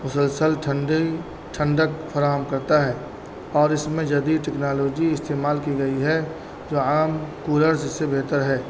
مسلسل ٹھنڈی ٹھنڈک فراہم کرتا ہے اور اس میں جدید ٹیکنالوجی استعمال کی گئی ہے جو عام کولرس سے بہتر ہے